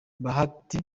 bahati